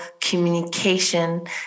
communication